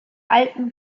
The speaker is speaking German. alten